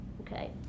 okay